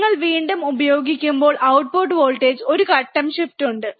നിങ്ങൾ വീണ്ടും ഉപയോഗിക്കുമ്പോൾ ഔട്ട്പുട്ട് വോൾട്ടേജ് ഒരു ഘട്ടം ഷിഫ്റ്റ് ഉണ്ട്